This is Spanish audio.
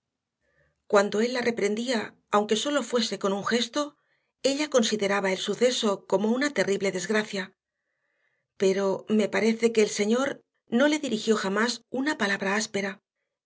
cuando él la reprendía aunque sólo fuese con un gesto ella consideraba el suceso como una terrible desgracia pero me parece que el señor no le dirigió jamás una palabra áspera